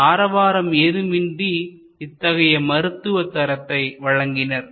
மேலும் ஆரவாரம் ஏதும் இன்றி இத்தகைய மருத்துவ தரத்தை வழங்கினர்